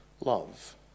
love